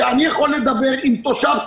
שאני יכול לדבר עם כל תושב,